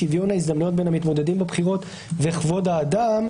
שוויון ההזדמנויות בין המתמודדים בבחירות וכבוד האדם."